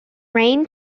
rain